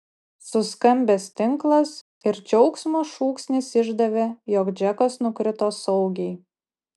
suskambęs tinklas ir džiaugsmo šūksnis išdavė jog džekas nukrito saugiai